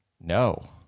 No